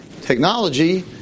technology